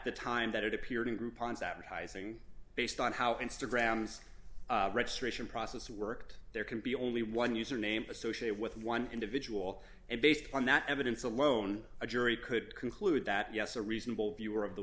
the time that it appeared in group pons advertising based on how instagram's registration process worked there can be only one user name associated with one individual and based on that evidence alone a jury could conclude that yes a reasonable viewer of the